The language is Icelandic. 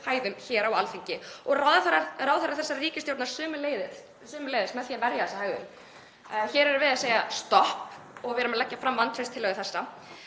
hæðum hér á Alþingi og ráðherra þessarar ríkisstjórnar sömuleiðis með því að verja þessa hegðun. Hér erum við að segja stopp og við erum að leggja fram þessa